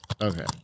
Okay